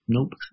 Nope